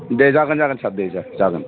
दे जागोन जागोन सार दे जागोन